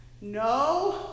No